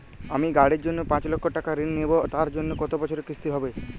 আমি গাড়ির জন্য পাঁচ লক্ষ টাকা ঋণ নেবো তার জন্য কতো বছরের কিস্তি হবে?